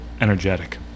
energetic